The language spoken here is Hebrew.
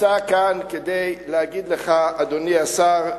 נמצא כאן כדי להגיד לך, אדוני השר: